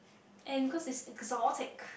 and cause it's exotic